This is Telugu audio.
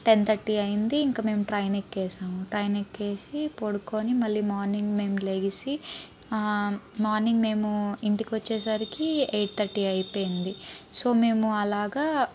టెన్ థర్టీ అయింది ఇంకా మేము ట్రైన్ ఎక్కేసాము ట్రైన్ ఎక్కేసి పడుకొని మళ్ళి మార్నింగ్ మేం లేచి మార్నింగ్ మేము ఇంటికి వచ్చేసరికి ఎయిట్ థర్టీ అయిపోయింది సో మేము అలాగా